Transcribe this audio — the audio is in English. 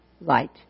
light